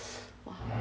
!whoa!